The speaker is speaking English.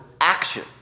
action